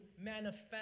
manifest